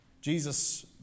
Jesus